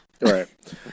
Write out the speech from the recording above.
Right